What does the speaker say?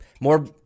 more